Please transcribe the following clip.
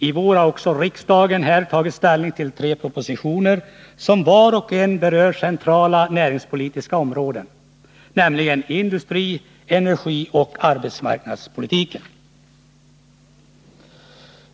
I vår har riksdagen också tagit ställning till tre propositioner som var och en berör centrala näringspolitiska områden, nämligen industri-, energioch arbetsmarknadspolitiken.